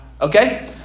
okay